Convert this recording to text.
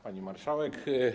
Pani Marszałek!